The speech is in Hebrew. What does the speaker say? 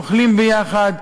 אוכלים יחד,